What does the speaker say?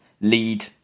lead